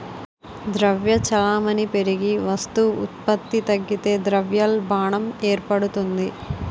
ద్రవ్య చలామణి పెరిగి వస్తు ఉత్పత్తి తగ్గితే ద్రవ్యోల్బణం ఏర్పడుతుంది